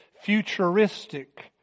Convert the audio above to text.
futuristic